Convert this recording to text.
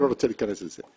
אני לא רוצה להיכנס לזה,